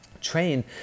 train